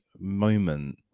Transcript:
moment